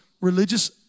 religious